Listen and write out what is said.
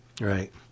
Right